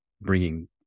bringing